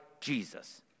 Jesus